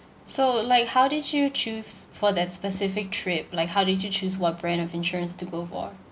so like how did you choose for that specific trip like how did you choose what brand of insurance to go for